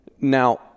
Now